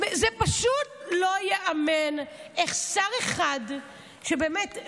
זה פשוט לא ייאמן איך שר אחד שבאמת,